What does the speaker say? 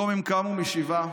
היום הם קמו משבעה.